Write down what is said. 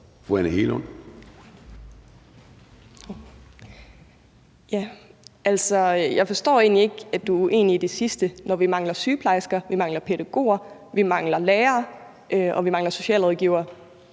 Anne Hegelund (EL): Jeg forstår egentlig ikke, at du er uenig i det sidste, når vi mangler sygeplejersker, pædagoger, lærere og socialrådgivere.